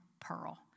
pearl